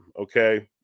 Okay